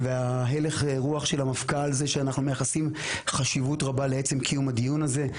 והלך הרוח של המפכ"ל הוא שאנחנו מייחסים חשיבות רבה לקיום הדיון הזה.